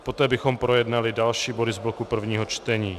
Poté bychom projednali další body z bloku prvního čtení.